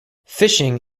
fishing